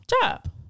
job